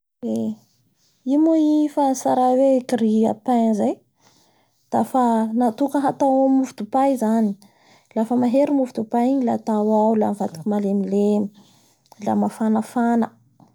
Eee i moa i fa tsaray hoe grille a pain zay dafa natoka hatao amin'ny mofo dipay zany, lafa mahery i mofo dipay igny la atao ao la mivadiky malemilemy, la mafanfana.